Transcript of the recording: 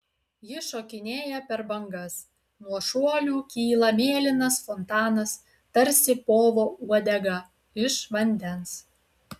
ji šokinėja per bangas nuo šuolių kyla mėlynas fontanas tarsi povo uodega iš vandens